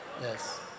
Yes